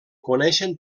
coneixen